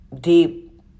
deep